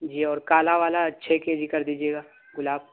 جی اور کالا والا چھ کے جی کر دیجیے گا گلاب